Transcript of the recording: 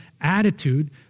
attitude